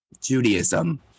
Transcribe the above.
Judaism